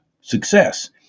success